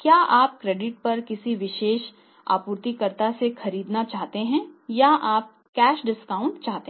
क्या आप क्रेडिट पर किसी विशेष आपूर्तिकर्ता से खरीदना चाहते हैं या आप कैश डिस्काउंट चाहते हैं